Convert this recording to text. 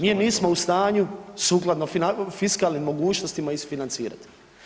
Mi nismo u stanju sukladno fiskalnim mogućnosti isfinancirati.